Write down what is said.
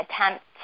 attempt